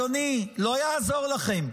לא, לא, אדוני, לא יעזור לכם.